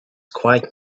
quite